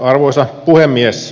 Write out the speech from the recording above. arvoisa puhemies